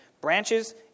branches